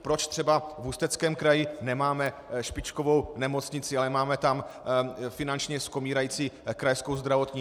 Proč třeba v Ústeckém kraji nemáme špičkovou nemocnici, ale máme tam finančně skomírající Krajskou zdravotní?